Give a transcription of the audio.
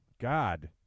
God